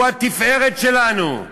הוא התפארת שלנו.